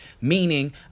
Meaning